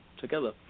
together